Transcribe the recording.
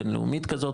בינלאומית כזאת,